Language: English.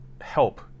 help